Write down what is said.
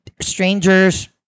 strangers